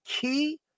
key